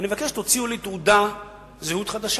אני מבקש שתוציאו לי תעודת זהות חדשה.